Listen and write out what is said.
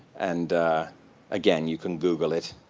and again, you can google it.